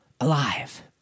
alive